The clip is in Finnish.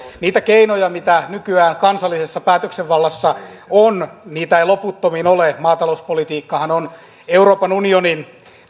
niitä keinoja mitä nykyään kansallisessa päätösvallassa on niitä ei loputtomiin ole maatalouspolitiikkahan on euroopan unionin